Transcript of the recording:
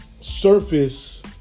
Surface